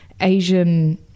asian